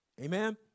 Amen